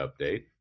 update